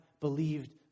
believed